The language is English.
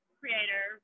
creator